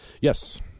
Yes